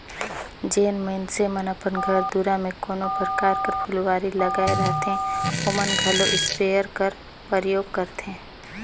जेन मइनसे मन अपन घर दुरा में कोनो परकार कर फुलवारी लगाए रहथें ओमन घलो इस्पेयर कर परयोग करथे